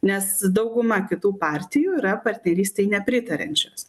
nes dauguma kitų partijų yra partnerystei nepritariančios